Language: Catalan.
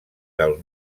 del